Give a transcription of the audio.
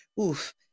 oof